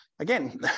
Again